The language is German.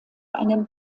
einen